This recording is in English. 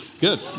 Good